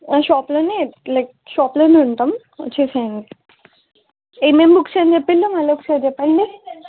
షాప్లోనే like షాప్లోనే ఉంటాం వచ్చేసేయండి ఏమేం బుక్స్ అని చెప్పారు మళ్ళీ ఒకసారి చెప్పండి